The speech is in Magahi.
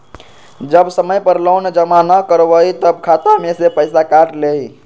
जब समय पर लोन जमा न करवई तब खाता में से पईसा काट लेहई?